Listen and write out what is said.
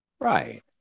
Right